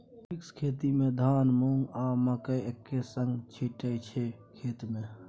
mix खेती मे धान, मुँग, आ मकय एक्के संगे छीटय छै खेत मे